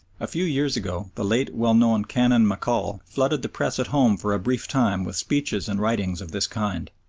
a few years ago the late well-known canon maccoll flooded the press at home for a brief time with speeches and writings of this kind.